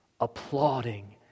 applauding